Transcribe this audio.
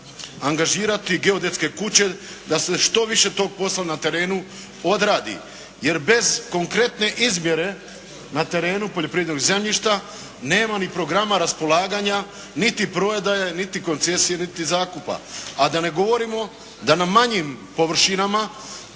angažirati geodetske kuće da se što više tog posla na terenu odradi. Jer bez konkretne izmjere na terenu poljoprivrednog zemljišta nema ni programa raspolaganja, niti prodaje, niti koncesije, niti zakupa. A da ne govorimo da na manjim površinama